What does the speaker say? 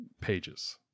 pages